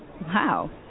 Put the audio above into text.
Wow